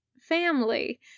family